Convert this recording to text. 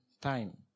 time